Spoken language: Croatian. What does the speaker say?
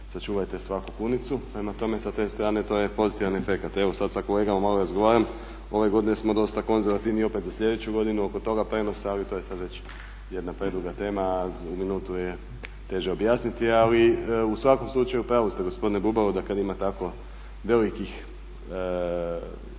sačuvajte svaku kunicu. Prema tome, sa te strane to je pozitivan efekt. Evo sad sa kolegama malo razgovaram, ove godine smo dosta konzervativni i opet za sljedeću godinu oko toga prijenosa ali to je sad već jedna preduga tema, a u minuti je teže objasniti. U svakom slučaju u pravu ste gospodine Bubalo da kad ima tako indeksno